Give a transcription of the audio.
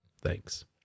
thanks